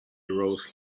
rose